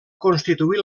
constituir